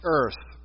earth